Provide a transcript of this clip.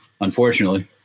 unfortunately